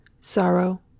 sorrow